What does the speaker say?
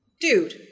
dude